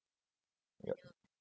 yup